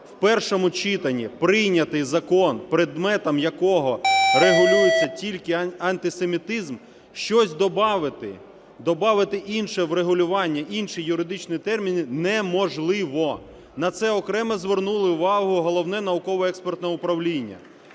в першому читанні прийнятий закон, предметом якого регулюється тільки антисемітизм, щось добавити, добавити інше врегулювання, інші юридичні терміни неможливо. На це окремо звернуло увагу Головне науково-експертне управління.